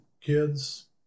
kids